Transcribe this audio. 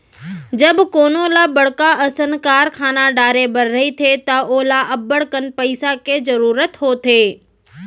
जब कोनो ल बड़का असन कारखाना डारे बर रहिथे त ओला अब्बड़कन पइसा के जरूरत होथे